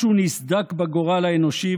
משהו נסדק בגורל האנושי,